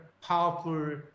powerful